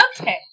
Okay